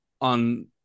on